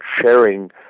sharing